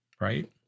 right